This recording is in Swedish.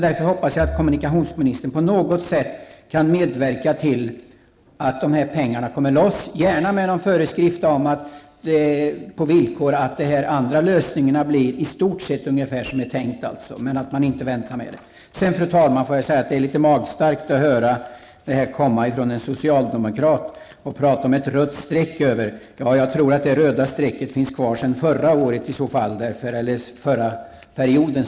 Därför hoppas jag att kommunikationsministern på något sätt kan medverka till att pengarna släpps, gärna med någon föreskrift om att de andra lösningarna i stort sett blir som det är tänkt. Sedan vill jag, fru talman, säga att det är litet magstarkt att höra en socialdemokrat tala om det där röda strecket. Jag tror att det röda strecket i så fall finns kvar från den förra perioden.